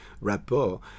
rapport